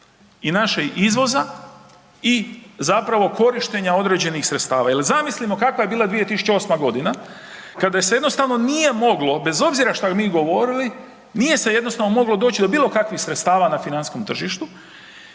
I našeg izvoza i zapravo korištenja određenih sredstava. Jel zamislimo kakva je bila 2008. godina kada se jednostavno nije moglo, bez obzira šta mi govorili, nije se jednostavno moglo doći do bilo kakvih sredstava na financijskom tržištu.